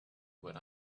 what